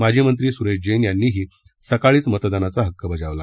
माजी मंत्री सुरेश जैन यांनीही सकाळीच मतदानचा हक्क बजावला